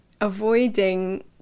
avoiding